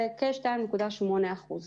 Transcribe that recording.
בכ-2.8%.